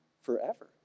forever